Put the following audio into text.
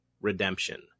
redemption